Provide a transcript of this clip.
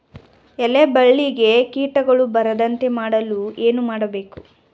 ಎಲೆ ಬಳ್ಳಿಗೆ ಕೀಟಗಳು ಬರದಂತೆ ಮಾಡಲು ಏನು ಮಾಡಬೇಕು?